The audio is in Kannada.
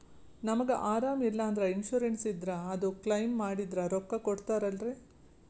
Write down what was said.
ನಮಗ ಅರಾಮ ಇಲ್ಲಂದ್ರ ಇನ್ಸೂರೆನ್ಸ್ ಇದ್ರ ಅದು ಕ್ಲೈಮ ಮಾಡಿದ್ರ ರೊಕ್ಕ ಕೊಡ್ತಾರಲ್ರಿ?